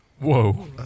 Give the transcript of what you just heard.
Whoa